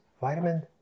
vitamin